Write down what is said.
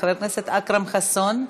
חבר הכנסת אכרם חסון,